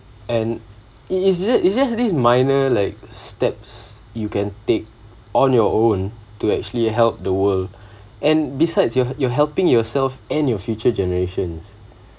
and is it is it this is minor like steps you can take on your own to actually help the world and besides you're you're helping yourself and your future generations